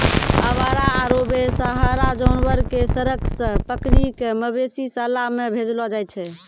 आवारा आरो बेसहारा जानवर कॅ सड़क सॅ पकड़ी कॅ मवेशी शाला मॅ भेजलो जाय छै